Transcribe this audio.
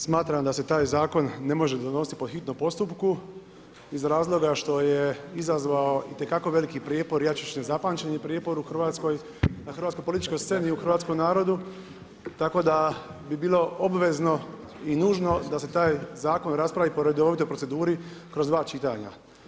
Smatram da se taj zakon ne može donositi po hitnom postupku iz razloga što je izazvao itekako veliki prijepor, ja ću reći nezapamćeni prijepor u Hrvatskoj, na hrvatskoj političkoj sceni, u hrvatskom narodu tako da bi bilo obvezno i nužno da se taj zakon raspravi po redovitoj proceduri kroz dva čitanja.